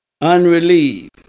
unrelieved